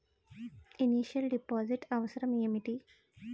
Initial deposit అవసరం ఏమిటి?